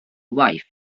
waith